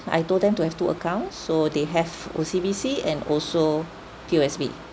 I told them to have two account so they have O_C_B_C and also P_O_S_B